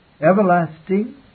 everlasting